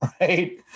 right